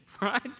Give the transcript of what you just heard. right